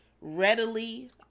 readily